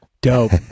Dope